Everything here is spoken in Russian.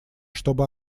чтобы